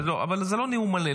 אבל זה לא נאום מלא,